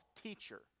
teacher